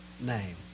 name